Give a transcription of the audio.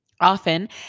Often